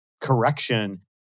correction